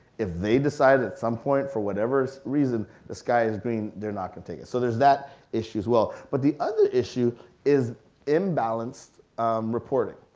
if they decide at some point, for whatever reason, the sky is green, they're not gonna take it. so there's that issue as well, but the other issue is in balanced reporting.